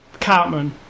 Cartman